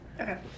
Okay